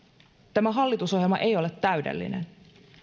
tämä hallitusohjelma ei ole täydellinen